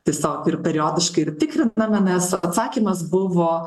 tiesiog ir periodiškai ir tikriname mes atsakymas buvo